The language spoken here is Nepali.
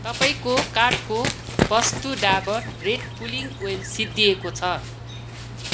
तपाईँको कार्टको वस्तु डाबर रेड पुलिङ्ग ओइल सिद्धिएको छ